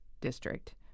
district